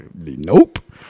nope